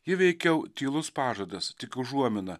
ji veikiau tylus pažadas tik užuomina